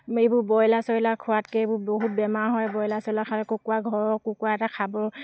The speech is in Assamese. আমি এইবোৰ বইলাৰ চইলাৰ খোৱাতকৈ এইবোৰ বহুত বেমাৰ হয় বইলাৰ চইলাৰ খালে কুকুৰা ঘৰৰ কুকুৰা এটা খাব